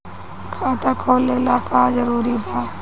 खाता खोले ला का का जरूरी बा?